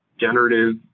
generative